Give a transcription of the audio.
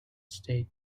state